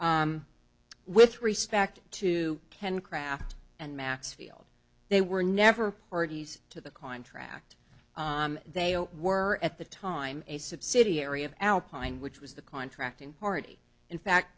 with respect to ken kraft and maxfield they were never parties to the contract they were at the time a subsidiary of alpine which was the contract in party in fact